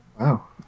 Wow